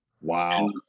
Wow